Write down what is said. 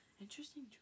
Interesting